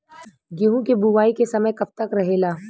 गेहूँ के बुवाई के समय कब तक रहेला?